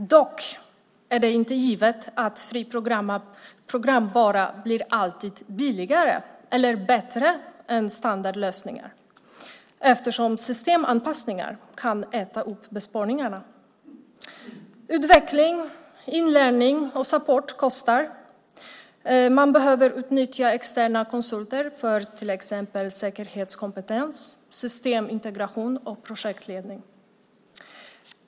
Dock är det inte givet att fri programvara alltid blir billigare eller bättre än standardlösningar, eftersom systemanpassningar kan äta upp besparingarna. Utveckling, inlärning och support kostar. Man behöver utnyttja externa konsulter för till exempel säkerhetskompetens, systemintegration och projektledning.